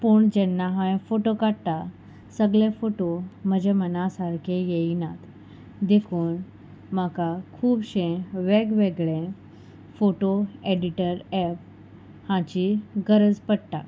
पूण जेन्ना हांव हें फोटो काडटा सगळे फोटो म्हज्या मना सारके येयना देखून म्हाका खुबशे वेगवेगळे फोटो एडिटर एप हाची गरज पडटा